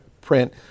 print